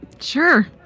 sure